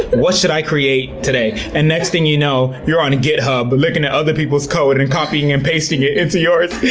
what should i create today? and next thing you know, you're on a github looking at other people's code and copying and pasting it into yours.